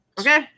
Okay